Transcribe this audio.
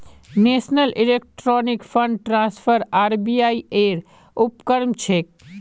national electronic fund transfer RBI ऐर उपक्रम छेक